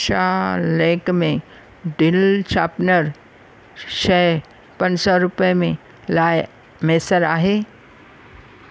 छा लैकमे डिल शार्पनर शइ पंज सौ रुपिए में लाइ मैसर आहे